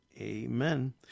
Amen